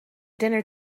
dinner